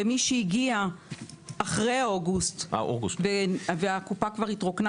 ומי שהגיע אחרי אוגוסט והקופה כבר התרוקנה